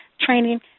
Training